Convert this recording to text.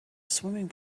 swimming